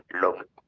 look